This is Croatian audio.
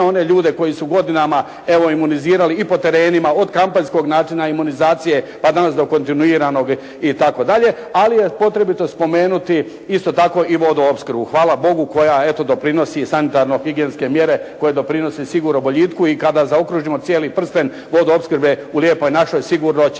one ljude koji su godinama evo imunizirali i po terenima od kampanjskog načina imunizacije pa danas do kontinuiranog itd. ali je potrebito spomenuti isto tako i vodoopskrbu, hvala Bogu koja eto doprinosi sanitarno-higijenske mjere koje doprinose sigurno boljitku i kada zaokružimo cijeli prsten vodoopskrbe u Lijepoj našoj sigurno